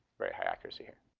very high accuracy here.